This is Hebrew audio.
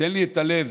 תן לי את הלב,